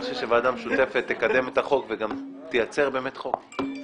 אני חושב שוועדה משותפת תקדם את החוק וגם תייצר באמת חוק.